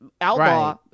outlaw